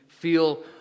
feel